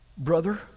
Brother